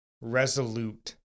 resolute